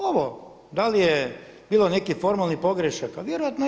Ovo da li je bilo nekih formalnih pogrešaka, vjerojatno je.